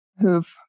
who've